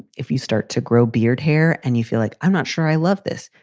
if you start to grow beard hair and you feel like, i'm not sure i love this,